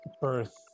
birth